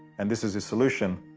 and this is his solution,